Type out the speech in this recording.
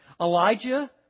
Elijah